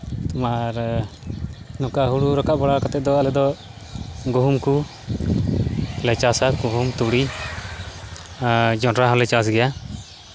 ᱟᱨ ᱱᱚᱝᱠᱟ ᱦᱩᱲᱩ ᱨᱟᱠᱟᱵ ᱵᱟᱲᱟ ᱠᱟᱛᱮᱫ ᱫᱚ ᱟᱞᱮ ᱫᱚ ᱜᱩᱦᱩᱢ ᱠᱚ ᱞᱮ ᱪᱟᱥᱟ ᱜᱩᱦᱩᱢ ᱛᱩᱲᱤ ᱟᱨ ᱡᱚᱸᱰᱨᱟ ᱦᱚᱸᱞᱮ ᱪᱟᱥ ᱜᱮᱭᱟ